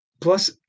plus